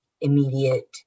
immediate